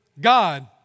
God